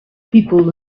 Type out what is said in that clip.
people